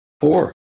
four